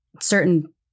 certain